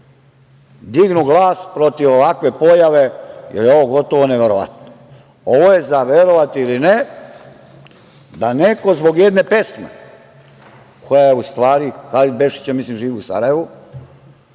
dignu glas protiv ovakve pojave, jer je ovo gotovo neverovatno. Ovo je za verovati ili ne, da neko zbog jedne pesme koja je u stvari, Halid Bešlić, ja mislim, živi u Sarajevu,